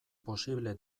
posible